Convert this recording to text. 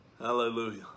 Hallelujah